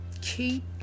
Keep